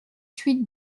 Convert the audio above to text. huit